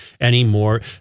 anymore